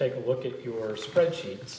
take a look at your spreadsheet